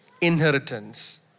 inheritance